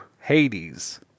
hades